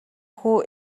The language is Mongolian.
хүү